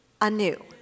anew